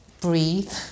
Breathe